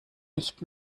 nicht